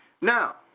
Now